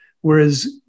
whereas